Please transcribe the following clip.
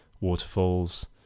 waterfalls